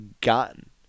gotten